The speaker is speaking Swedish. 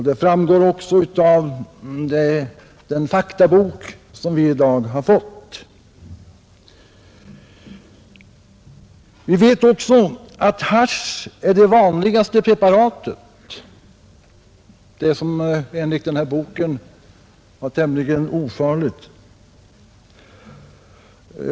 Det framgår också av den faktasamling som vi i dag fått. Vi vet också att hasch är det vanligaste preparatet, men enligt den tidigare nämnda boken skulle hasch vara tämligen ofarligt.